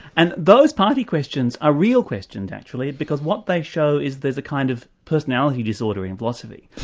and those party questions are real questions actually, because what they show is there's a kind of personality disorder in philosophy.